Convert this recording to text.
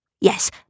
Yes